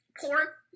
poor